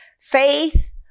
Faith